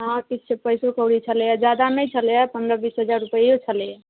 हँ किछु पैसो कौड़ी छलैया जादा नहि छलैया पन्द्रह बीस हजार रुपैओ छलैया